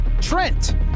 Trent